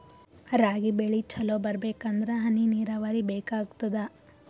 ರಾಗಿ ಬೆಳಿ ಚಲೋ ಬರಬೇಕಂದರ ಹನಿ ನೀರಾವರಿ ಬೇಕಾಗತದ?